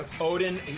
Odin